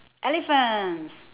elephants